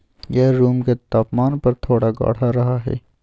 यह रूम के तापमान पर थोड़ा गाढ़ा रहा हई